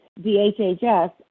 DHHS